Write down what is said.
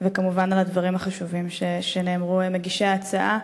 וכמובן לדברים החשובים שאמרו מגישי ההצעה,